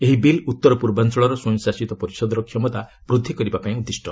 ଏହି ବିଲ୍ ଉତ୍ତର ପୂର୍ବାଞ୍ଚଳର ସ୍ୱୟଂ ଶାସିତ ପରିଷଦର କ୍ଷମତା ବୃଦ୍ଧି କରିବାକୁ ଉଦ୍ଧିଷ୍ଟ